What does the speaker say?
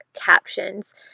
captions